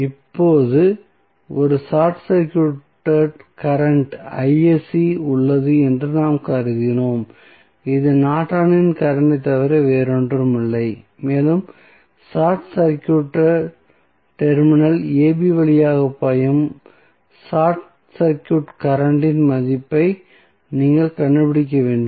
இப்போது ஒரு short circuit current உள்ளது என்று நாங்கள் கருதினோம் இது நார்டனின் கரண்ட் ஐ தவிர வேறொன்றுமில்லை மேலும் ஷார்ட் சர்க்யூட் டெர்மினல் ab வழியாக பாயும் ஷார்ட் சர்க்யூட் கரண்ட் இன் மதிப்பை நீங்கள் கண்டுபிடிக்க வேண்டும்